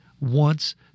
wants